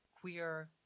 queer